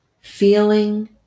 feeling